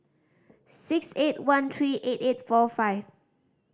six eight one three eight eight four five